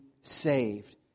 saved